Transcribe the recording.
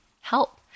help